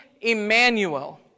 Emmanuel